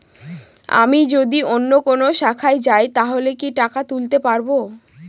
আমি যদি অন্য কোনো শাখায় যাই তাহলে কি টাকা তুলতে পারব?